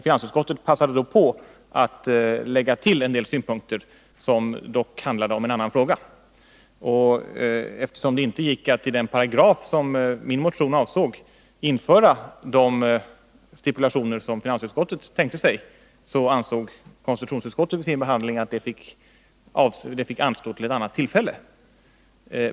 Finansutskottet passade då på att lägga till en del synpunkter, som dock handlade om en annan fråga. Eftersom 67 det inte gick att i den paragraf som min motion avsåg införa de stipulationer som finansutskottet tänkte sig, så ansåg konstitutionsutskottet vid sin behandling att detta fick anstå till ett annat tillfälle.